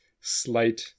slight